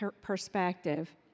perspective